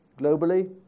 globally